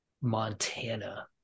Montana